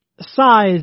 size